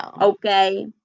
Okay